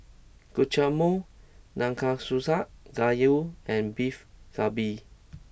Guacamole Nanakusa Gayu and Beef Galbi